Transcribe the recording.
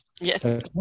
Yes